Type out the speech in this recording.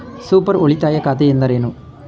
Super ಉಳಿತಾಯ ಖಾತೆ ಎಂದರೇನು?